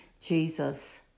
Jesus